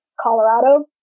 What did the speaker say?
Colorado